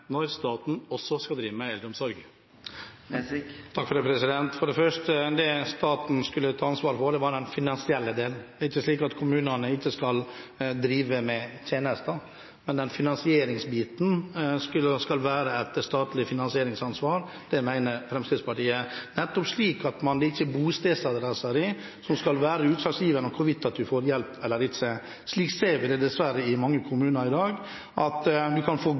når staten også skal drive med eldreomsorg? For det første: Det staten skulle ta ansvaret for, var den finansielle delen. Det er ikke slik at kommunene ikke skal drive med tjenester, men finansieringsbiten av det skal være et statlig ansvar, mener Fremskrittspartiet – nettopp slik at det ikke er bostedsadressen som skal være utslagsgivende for hvorvidt man får hjelp eller ikke. Slik ser vi det dessverre i mange kommuner i dag: Man kan få